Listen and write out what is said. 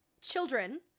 children